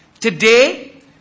Today